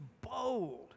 bold